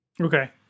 Okay